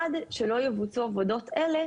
עד שלא יבוצעו עבודות אלה,